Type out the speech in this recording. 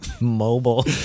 Mobile